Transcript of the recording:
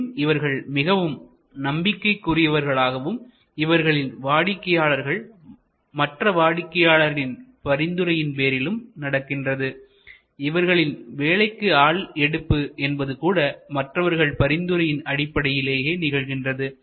மேலும் இவர்கள் மிகவும் நம்பிக்கை குரியவர்ககளாகவும் இவர்களின் வாடிக்கையாளர்கள் மற்ற வாடிக்கையாளர்களின் பரிந்துரையின் பேரிலும் நடக்கின்றது இவர்களில் வேலைகளுக்கு ஆட்கள் எடுப்பு என்பதுகூட மற்றவர் பரிந்துரையின் அடிப்படையிலேயே நிகழ்கின்றது